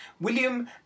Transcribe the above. William